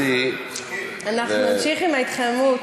לדעתי, אנחנו נמשיך עם ההתחממות.